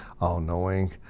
all-knowing